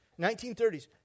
1930s